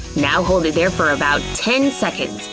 now hold it there for about ten seconds.